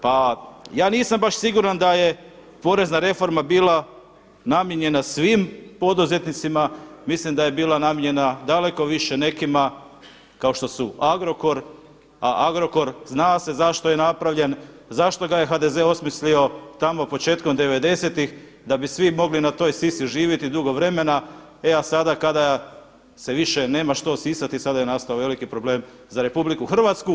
Pa ja nisam baš siguran da je porezna reforma bila namijenjena svim poduzetnicima, mislim da je bila namijenjena daleko više nekima kao što su Agrokor a Agrokor zna se zašto je napravljen, zašto ga je HDZ osmislio tamo početkom '90.-tih da bi svi mogli na toj sisi živjeti dugo vremena, e a sada kada se više nema što sisati sada je nastao veliki problem za RH.